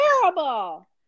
terrible